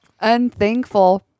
unthankful